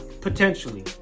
Potentially